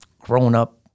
grown-up